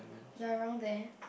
you are wrong there